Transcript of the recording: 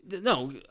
No